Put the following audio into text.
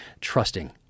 trusting